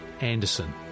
Anderson